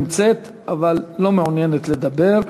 נמצאת אבל לא מעוניינת לדבר,